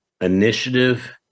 initiative